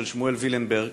של שמואל וילנברג,